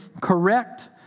correct